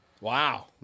Wow